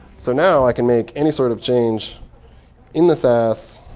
so now i can make any sort of change in the sass.